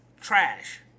Trash